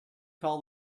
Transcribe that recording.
call